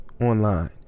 online